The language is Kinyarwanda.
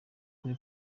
kuri